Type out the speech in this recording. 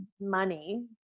money